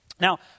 Now